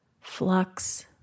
flux